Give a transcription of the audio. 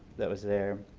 that was there.